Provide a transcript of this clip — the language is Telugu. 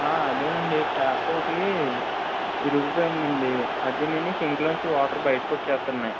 అదేనండి ట్యాప్ ఒకటి విరిగిపోయిందండి అదీనీను సింక్లోంచి వాటర్ బయటకు వచ్చేస్తున్నాయి